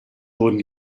wurden